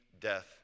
death